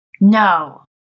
No